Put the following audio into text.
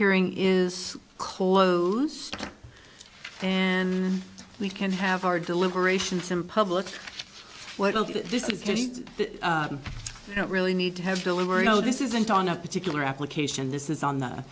hearing is closed and we can have our deliberations in public this is not really need to have delivery no this isn't on a particular application this is on the